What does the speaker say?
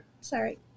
Sorry